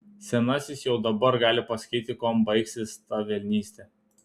senasis jau dabar gali pasakyti kuom baigsis ta velnystė